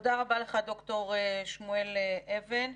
תודה רבה לך, ד"ר שמואל אבן.